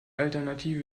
alternative